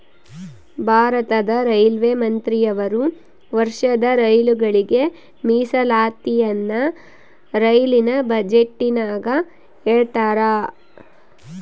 ಭಾರತದ ರೈಲ್ವೆ ಮಂತ್ರಿಯವರು ವರ್ಷದ ರೈಲುಗಳಿಗೆ ಮೀಸಲಾತಿಯನ್ನ ರೈಲಿನ ಬಜೆಟಿನಗ ಹೇಳ್ತಾರಾ